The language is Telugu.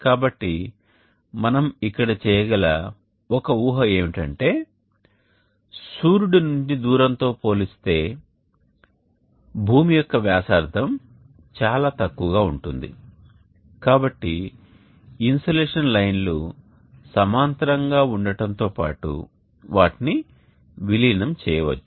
కాబట్టి మనం ఇక్కడ చేయగల ఒక ఊహ ఏమిటంటే సూర్యుడి నుండి దూరంతో పోలిస్తే భూమి యొక్క వ్యాసార్థం చాలా తక్కువగా ఉంటుంది కాబట్టి ఇన్సోలేషన్ లైన్లు సమాంతరంగా ఉండటంతో పాటు వాటిని విలీనం చేయవచ్చు